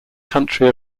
country